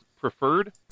preferred